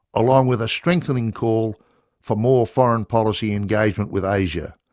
along with a strengthening call for more foreign policy engagement with asia,